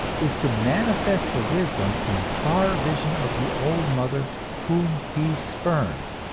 is to manifest the wisdom and far vision of the old mother whom he spurned,